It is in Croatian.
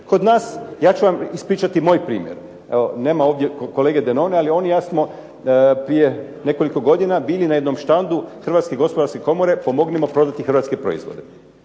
Kod nas ja ću vam ispričati moj primjer. Nema ovdje kolege Denona, ali on i ja smo prije nekoliko godina bili na jednom štandu Hrvatske gospodarske komore "Pomognimo prodati hrvatske proizvode".